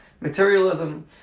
materialism